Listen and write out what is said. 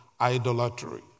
idolatry